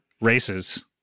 races